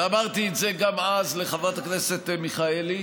ואמרתי את זה גם אז לחברת הכנסת מיכאלי: